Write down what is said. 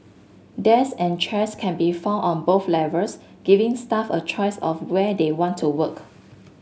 dies and chairs can be found on both levels giving staff a choice of where they want to work